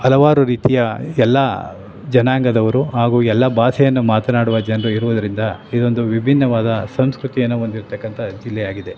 ಹಲವಾರು ರೀತಿಯ ಎಲ್ಲ ಜನಾಂಗದವರು ಹಾಗೂ ಎಲ್ಲ ಭಾಷೆಯನ್ನು ಮಾತನಾಡುವ ಜನರು ಇರುವುದರಿಂದ ಇದೊಂದು ವಿಭಿನ್ನವಾದ ಸಂಸ್ಕೃತಿಯನ್ನು ಹೊಂದಿರ್ತಕ್ಕಂಥ ಜಿಲ್ಲೆಯಾಗಿದೆ